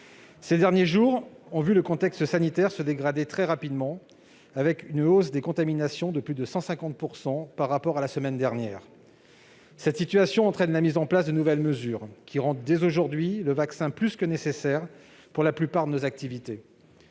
Ces derniers jours ont vu le contexte sanitaire se dégrader très rapidement, avec une hausse des contaminations de plus de 150 % par rapport à la semaine dernière. Cette situation entraîne la mise en place de nouvelles mesures, qui rendent dès aujourd'hui le vaccin plus que nécessaire pour la plupart de nos activités.